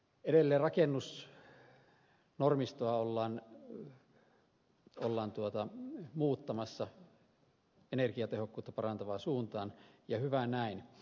edelleen rakennusnormistoa ollaan muuttamassa energiatehokkuutta parantavaan suuntaan ja hyvä näin